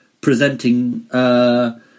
presenting –